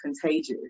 contagious